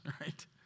right